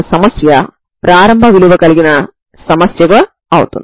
ఈ సందర్భంలో Xx0 అవుతుంది